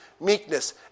meekness